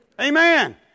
Amen